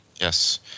Yes